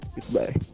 Goodbye